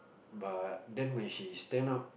but then when she stand up